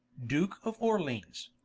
duke of orleance,